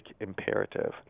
imperative